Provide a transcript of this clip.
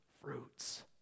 Fruits